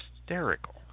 hysterical